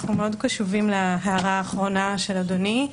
אנחנו מאוד קשובים להערה האחרונה של אדוני.